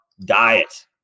diet